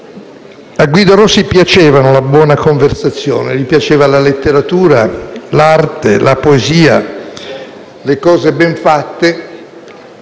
a Guido Rossi piacevano la buona conversazione, la letteratura, l'arte, la poesia, le cose ben fatte